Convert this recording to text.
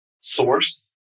source